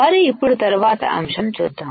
మరి ఇప్పుడు తర్వాత అంశంచూద్దాం